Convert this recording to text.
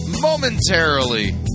momentarily